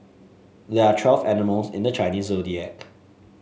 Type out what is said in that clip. there are twelve animals in the Chinese Zodiac